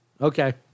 Okay